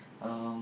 um